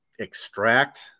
extract